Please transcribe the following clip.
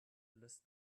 list